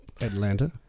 Atlanta